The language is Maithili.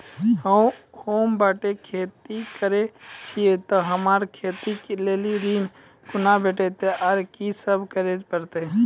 होम बटैया खेती करै छियै तऽ हमरा खेती लेल ऋण कुना भेंटते, आर कि सब करें परतै?